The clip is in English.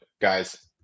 guys